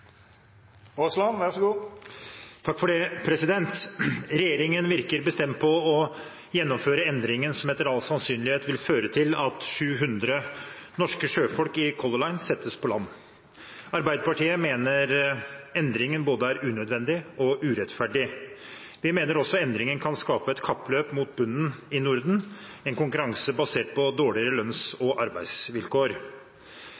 at 700 norske sjøfolk i Color Line settes på land. Arbeiderpartiet mener endringen både er unødvendig og urettferdig. Vi mener også endringen kan skape et kappløp mot bunnen i Norden – en konkurranse basert på dårligere lønns-